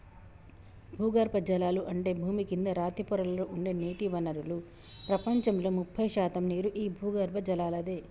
భూగర్బజలాలు అంటే భూమి కింద రాతి పొరలలో ఉండే నీటి వనరులు ప్రపంచంలో ముప్పై శాతం నీరు ఈ భూగర్బజలలాదే